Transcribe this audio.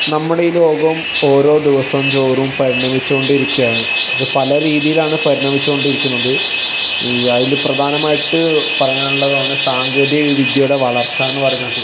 നമ്മുടെ ഈ ലോകം ഓരോ ദിവസം തോറും പരിണമിച്ചു കൊണ്ടിരിക്കുകയാണ് അത് പല രീതിയിൽ ആണ് പരിണമിച്ച് കൊണ്ടിരിക്കുന്നത് അതിൽ പ്രധാനമായിട്ട് പറയാനുള്ളതാണ് സാങ്കേതിക വിദ്യയുടെ വളർച്ച എന്നു പറയുന്നത്